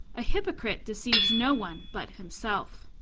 a hypocrite deceives no one but himself.